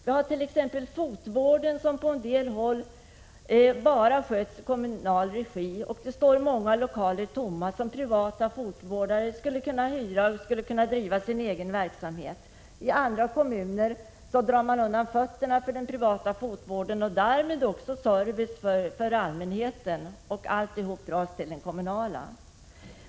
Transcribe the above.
Fotvården sköts exempelvis på en del håll enbart i kommunal regi medan det står många lokaler tomma, som privata fotvårdare skulle kunna hyra för att där driva sin egen verksamhet. I många kommuner slår man undan fötterna för den privata fotvården och därmed service för allmänheten.